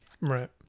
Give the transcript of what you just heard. Right